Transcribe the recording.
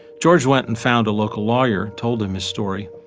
george went and found a local lawyer, told him his story,